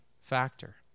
factor